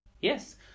yes